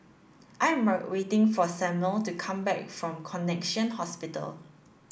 I am waiting for Samuel to come back from Connexion Hospital